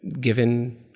given